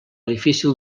difícil